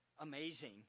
amazing